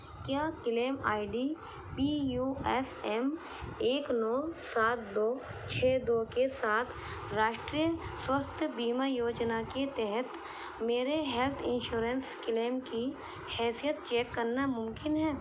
کیا claim ID ڈی P U S M ایک نو سات دو چھ دو کے ساتھ راشٹریہ سواستھ بیمہ یوجنا کے تحت میرے ہیلتھ انشورنس کلیم کی حیثیت چیک کرنا ممکن ہے